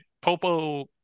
Popo